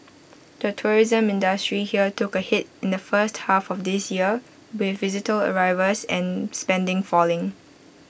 the tourism industry here took A hit in the first half of this year with visitor arrivals and spending falling